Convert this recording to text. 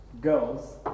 girls